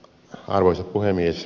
arvoisa puhemies